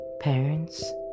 parents